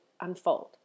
unfold